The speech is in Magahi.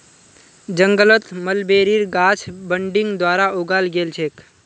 जंगलत मलबेरीर गाछ बडिंग द्वारा उगाल गेल छेक